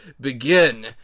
begin